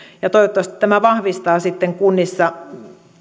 toivottavasti tämä vahvistaa sitten kunnissa